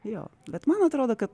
jo bet man atrodo kad